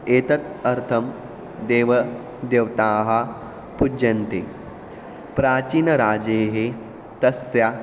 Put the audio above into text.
एतदर्थं देवदेवतान् पुज्यन्ते प्राचीनराजानः तस्य